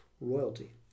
royalty